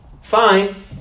fine